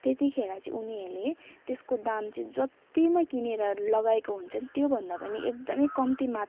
त्यतिखेर चाहिँ उनीहरूले त्यसको दाम चाहिँ जतिमा किनेर लगाएका हुन्छन् त्यो भन्दा पनि एकदमै कम्ती मात्रामा